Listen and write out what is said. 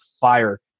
fire